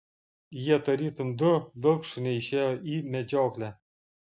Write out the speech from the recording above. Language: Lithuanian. jie tarytum du vilkšuniai išėjo į medžioklę